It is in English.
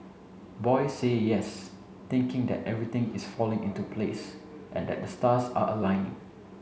boy say yes thinking that everything is falling into place and that the stars are aligning